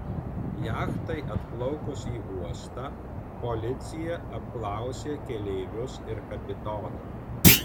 jachtai atplaukus į uostą policija apklausė keleivius ir kapitoną